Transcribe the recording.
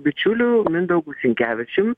bičiuliu mindaugu sinkevičium